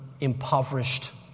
impoverished